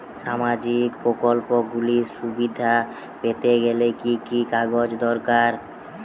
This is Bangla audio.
সামাজীক প্রকল্পগুলি সুবিধা পেতে গেলে কি কি কাগজ দরকার?